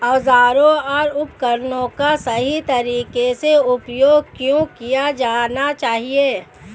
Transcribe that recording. औजारों और उपकरणों का सही तरीके से उपयोग क्यों किया जाना चाहिए?